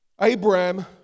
Abraham